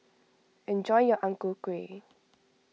enjoy your Ang Ku Kueh